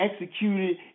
executed